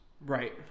Right